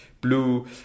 blue